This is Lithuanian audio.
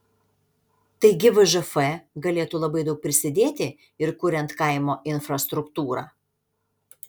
taigi vžf galėtų labai daug prisidėti ir kuriant kaimo infrastruktūrą